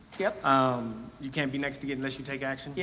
yeah um you can't be next to get unless you take action. yeah